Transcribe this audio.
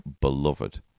beloved